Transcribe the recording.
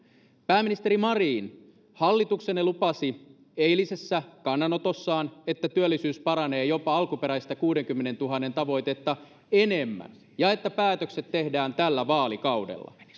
pääministeri marin hallituksenne lupasi eilisessä kannanotossaan että työllisyys paranee jopa alkuperäistä kuudenkymmenentuhannen tavoitetta enemmän ja että päätökset tehdään tällä vaalikaudella